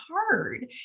hard